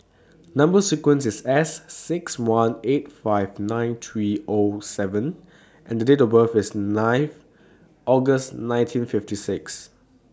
Number sequence IS S six one eight five nine three O seven and The Date of birth IS ninth August nineteen fifty six